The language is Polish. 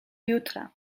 jutra